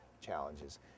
challenges